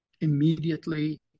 immediately